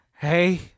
hey